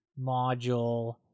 module